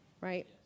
right